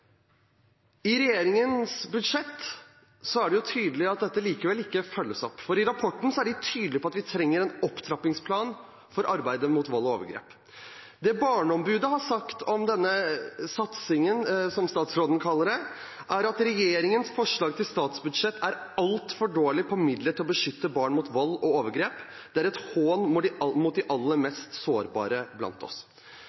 er de tydelige på at vi trenger en opptrappingsplan for arbeidet mot vold og overgrep. Det Barneombudet har sagt om denne satsingen – som statsråden kaller det – er at regjeringens forslag til statsbudsjett er altfor dårlig med tanke på midler til å beskytte barn mot vold og overgrep. Det er en hån mot de aller mest sårbare blant oss. Regjeringen har altså funnet ut at de